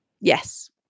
Yes